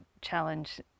Challenge